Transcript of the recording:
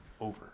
over